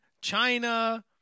China